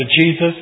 Jesus